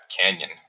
Canyon